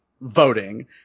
voting